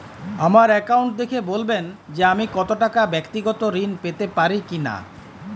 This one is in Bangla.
আমার অ্যাকাউন্ট দেখে বলবেন যে আমি ব্যাক্তিগত ঋণ পেতে পারি কি না?